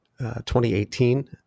2018